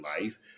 life